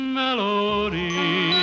melody